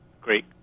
Great